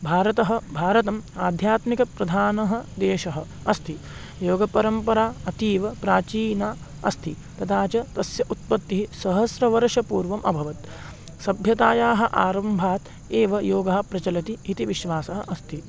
भारतं भारतम् आध्यात्मिकप्रधानः देशः अस्ति योगपरम्परा अतीव प्राचीना अस्ति तथा च तस्य उत्पत्तिः सहस्रवर्षपूर्वम् अभवत् सभ्यतायाः आरम्भात् एव योगः प्रचलति इति विश्वासः अस्ति